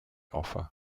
offer